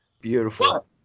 Beautiful